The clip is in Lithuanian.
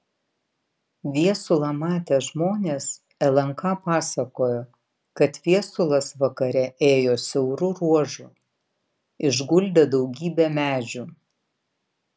viesulą matę žmonės lnk pasakojo kad viesulas vakare ėjo siauru ruožu išguldė daugybė medžių